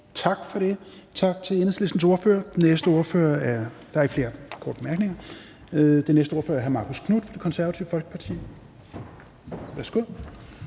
Tak for det. Tak til Enhedslistens ordfører. Der er ikke flere korte bemærkninger. Den næste ordfører er hr. Marcus Knuth, Det Konservative Folkeparti. Værsgo.